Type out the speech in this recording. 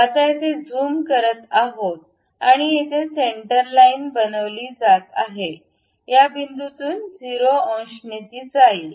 आता येथे झूम करत आहोत आणि येथे सेन्टर लाइन बनविली जी या बिंदूतून 0 अंश ने जाईल